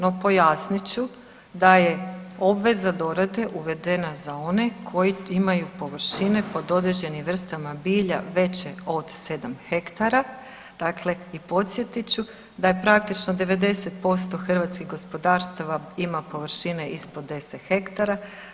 No pojasnit ću da je obveza dorade uvedena za one koji imaju površine pod određenim vrstama bilja veće od sedam hektara i podsjetit ću da je praktično 90% hrvatskih gospodarstava ima površine ispod 10 hektara.